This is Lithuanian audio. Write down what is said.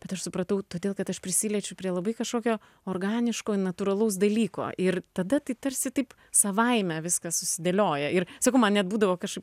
bet aš supratau todėl kad aš prisiliečiu prie labai kažkokio organiško natūralaus dalyko ir tada tai tarsi taip savaime viskas susidėlioja ir sakau man net būdavo kažkaip